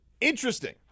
Interesting